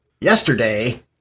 yesterday